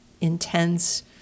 intense